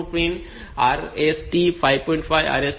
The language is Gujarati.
5 RST 6